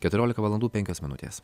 keturiolika valandų penkios minutės